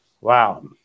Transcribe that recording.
Wow